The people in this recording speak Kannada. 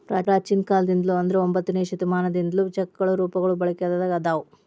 ಪ್ರಾಚೇನ ಕಾಲದಿಂದ್ಲು ಅಂದ್ರ ಒಂಬತ್ತನೆ ಶತಮಾನದಿಂದ್ಲು ಚೆಕ್ಗಳ ರೂಪಗಳು ಬಳಕೆದಾಗ ಅದಾವ